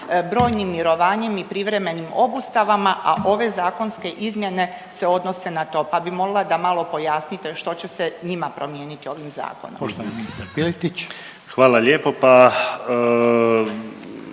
brojnim mirovanjem i privremenim obustavama, a ove zakonske izmjene se odnose na to, pa bi molila da malo pojasnite što će se njima promijeniti ovim zakonom.